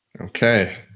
Okay